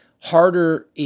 harder